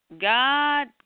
God